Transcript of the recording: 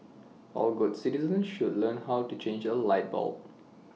all good citizens should learn how to change A light bulb